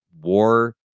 war